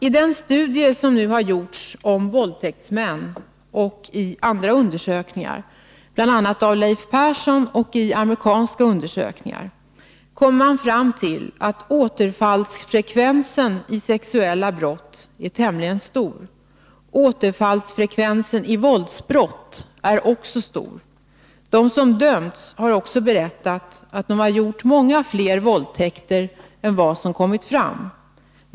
I den studie som nu har gjorts om våldtäktsmän och i andra undersökningar, bl.a. av Leif Persson, samt i amerikanska undersökningar kommer man fram till att återfallsfrekvensen vid sexuella brott är tämligen stor. Återfallsfrekvensen vid våldsbrott är också stor. De som dömts har berättat att de har gjort många fler våldtäkter än vad som kommit fram.